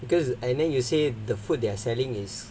because and then you say the food they are selling is